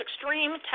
extreme